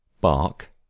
Bark